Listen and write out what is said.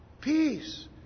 Peace